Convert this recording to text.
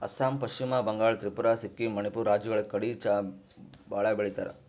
ಅಸ್ಸಾಂ, ಪಶ್ಚಿಮ ಬಂಗಾಳ್, ತ್ರಿಪುರಾ, ಸಿಕ್ಕಿಂ, ಮಣಿಪುರ್ ರಾಜ್ಯಗಳ್ ಕಡಿ ಚಾ ಭಾಳ್ ಬೆಳಿತಾರ್